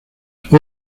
hoy